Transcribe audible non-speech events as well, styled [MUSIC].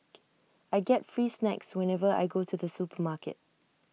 [NOISE] I get free snacks whenever I go to the supermarket